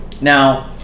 Now